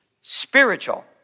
spiritual